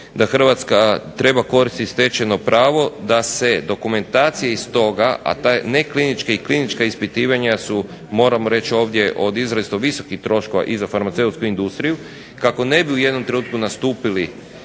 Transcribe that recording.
da Hrvatska treba koristiti stečeno pravo da se dokumentacije iz toga, a ta neklinička i klinička ispitivanja su moramo reći ovdje od izrazito visokih troškova i za farmaceutsku industriju kako ne bi u jednom trenutku nastupili